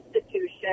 institution